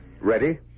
Ready